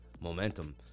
momentum